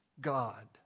God